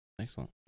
Excellent